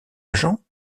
agents